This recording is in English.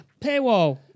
Paywall